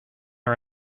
are